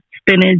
spinach